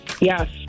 Yes